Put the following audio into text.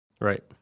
Right